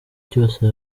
cyose